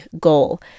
goal